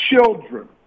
children